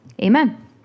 Amen